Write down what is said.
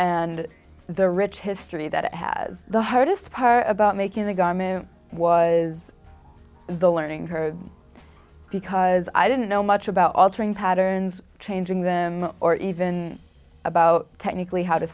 and the rich history that it has the hardest part about making the garment was the learning curve because i didn't know much about altering patterns changing them or even about technically how to